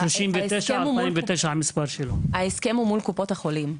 חוזר מספר 39/2009. ההסכם הוא מול קופות החולים.